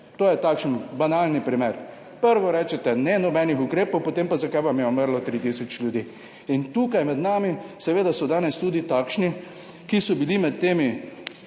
To je takšen banalni primer. Najprej rečete ne, nobenih ukrepov, potem pa, zakaj vam je umrlo 3 tisoč ljudi. Tukaj med nami so seveda danes tudi takšni, ki so bili med temi